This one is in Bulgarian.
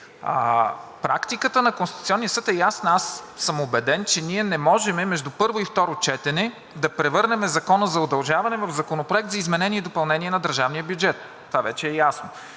Практиката на Конституционния съд е ясна. Аз съм убеден, че ние не можем между първо и второ четене да превърнем Закона за удължаване в Законопроект за изменение и допълнение на държавния бюджет. Това вече е ясно.